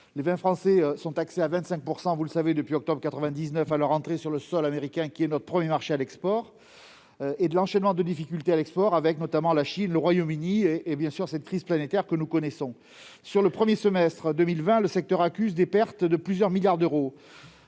les vins français sont taxés à 25 % depuis octobre 2019 à leur entrée sur le sol américain, qui est notre premier marché à l'export -, de l'enchaînement des difficultés à l'export- Chine, Royaume-Uni -ou encore de la crise sanitaire planétaire. Sur le premier semestre 2020, le secteur accuse des pertes de plusieurs milliards d'euros.